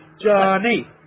Johnny